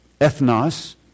Ethnos